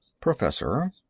professor